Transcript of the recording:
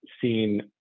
seen